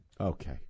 Okay